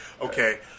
Okay